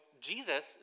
Jesus